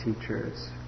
teachers